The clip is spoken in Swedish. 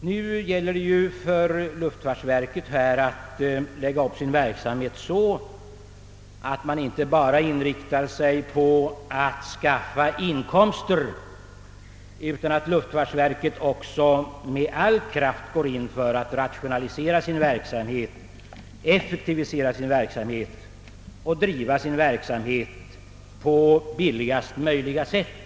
Det gäller nu för luftfartsverket att lägga upp sin verksamhet så att man inte bara inriktar sig på att skaffa inkomster, utan att verket också med all kraft går in för att rationalisera och effektivisera sin verksamhet och driva den på billigast möjliga sätt.